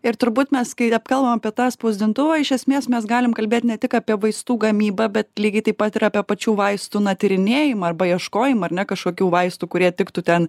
ir turbūt mes kai kalbam apie tą spausdintuvą iš esmės mes galim kalbėt ne tik apie vaistų gamybą bet lygiai taip pat ir apie pačių vaistų na tyrinėjimą arba ieškojimą ar ne kažkokių vaistų kurie tiktų ten